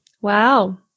wow